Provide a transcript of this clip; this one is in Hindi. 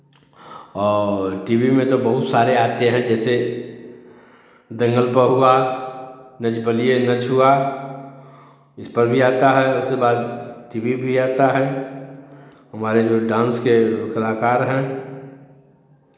और टी वी में तो बहुत सारे आते हैं जैसे दंगल पे हुआ नच बलिए नच हुआ इस पर भी आता है उसके बाद टी वी भी आता है हमारे जो डांस के कलाकार हैं